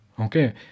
okay